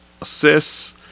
assists